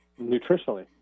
nutritionally